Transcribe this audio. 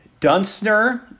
Dunstner